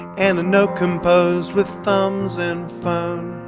and no composed with thumbs and found